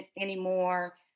anymore